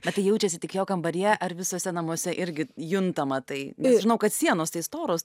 bet tai jaučiasi tik jo kambaryje ar visuose namuose irgi juntama tai žinau kad sienos tai storos